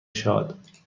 شاد